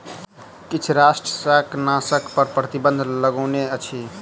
किछ राष्ट्र शाकनाशक पर प्रतिबन्ध लगौने अछि